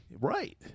Right